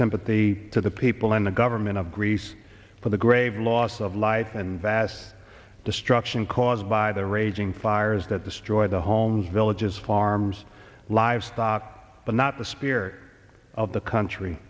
sympathy to the people in the government of greece for the grave loss of life and vast destruction caused by the raging fires that destroyed the homes villages farms livestock but not the spear of the country